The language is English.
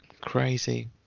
Crazy